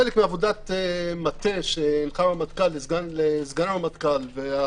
חלק מעבודת מטה שהנחה הרמטכ"ל לסגן הרמטכ"ל,